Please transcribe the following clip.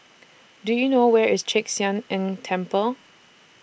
Do YOU know Where IS Chek Sian Eng Temple